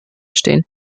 stehen